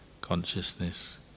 consciousness